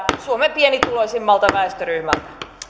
suomen pienituloisimmalta väestöryhmältä